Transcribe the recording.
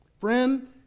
Friend